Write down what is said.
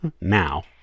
now